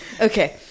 Okay